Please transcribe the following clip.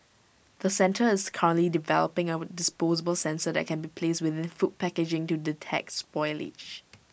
the centre is currently developing A disposable sensor that can be placed within food packaging to detect spoilage